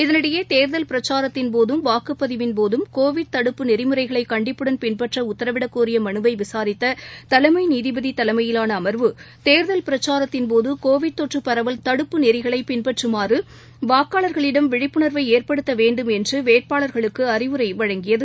இதனிடையே தேர்தல் பிரச்சாரத்தின்போதும் வாக்குப்பதிவின்போதும் கோவிட் தடுப்பு நெறிமுறைகளைகண்டிப்புடன் பின்பற்றஉத்தரவிடக்கோரியமலுவைவிசாரித்ததலைமைநீதிபதிதலைமையிலானஅமர்வு பிரச்சரத்தின்போதுகோவிட் தொற்றுபரவல் தடுப்பு நெறிகளைபின்பற்றுமாறுவாக்காளர்களிடம் கேர்கல் விழிப்புணர்வைஏற்படுத்தவேண்டும் என்றுவேட்பாளர்களுக்குஅறிவுரைவழங்கியது